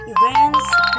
events